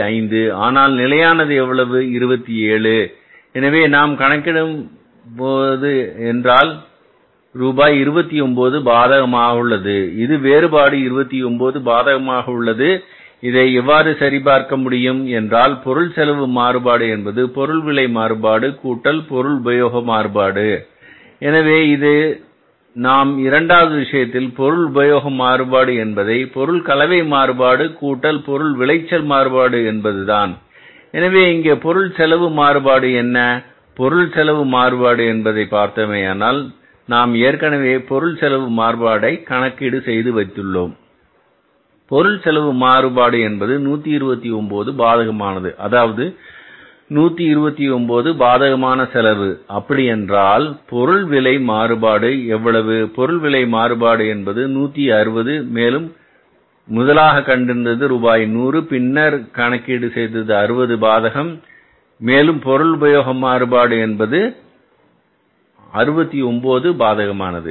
5 ஆனால் நிலையானது எவ்வளவு 27 எனவே இதை நாம் கணக்கிடும் என்றால் ரூபாய் 29 பாதகமாக உள்ளது இது வேறுபாடு 29 பாதகமாக உள்ளது இதை எவ்வாறு சரிபார்க்க முடியும் என்றால் பொருள் செலவு மாறுபாடு என்பது பொருள் விலை மாறுபாடு கூட்டல் பொருள் உபயோக மாறுபாடு எனவே நாம் இரண்டாவது விஷயத்தில் பொருள் உபயோக மாறுபாடு என்பதை பொருள் கலவை மாறுபாடு கூட்டல் பொருள் விளைச்சல் மாறுபாடு என்பதுதான் எனவே இங்கே பொருள் செலவு மாறுபாடு என்ன பொருள் செலவு மாறுபாடு என்பதைப் பார்த்தோமேயானால் நாம் ஏற்கனவே பொருள் செலவு மாறுபாட்டை கணக்கீடு செய்து வைத்துள்ளோம் பொருட்செலவு மாறுபாடு என்பது 129 பாதகமானது அதாவது 129 பாதகமான செலவு அப்படி என்றால் பொருள் விலை மாறுபாடு எவ்வளவு பொருள் விலை மாறுபாடு என்பது ரூபாய் 160 மேலும் முதலாவதாக கண்டிருந்தது ரூபாய் 100 பின்னர் கணக்கீடு செய்தது 60 பாதகம் மேலும் பொருள் உபயோக மாறுபாடு என்பது 69 பாதகமானது